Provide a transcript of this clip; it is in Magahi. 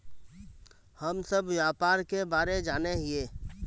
हम सब व्यापार के बारे जाने हिये?